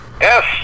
yes